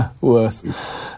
Worse